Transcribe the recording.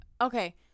Okay